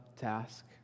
task